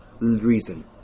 reason